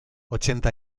ochenta